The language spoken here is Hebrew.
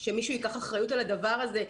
שמישהו ייקח אחריות על הדבר הזה.